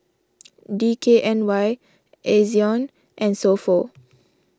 D K N Y Ezion and So Pho